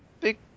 Big